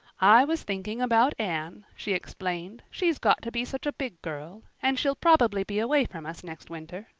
i was thinking about anne, she explained. she's got to be such a big girl and she'll probably be away from us next winter.